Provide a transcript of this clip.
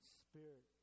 spirit